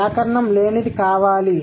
వ్యాకరణం లేనిది కావాలి